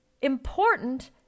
important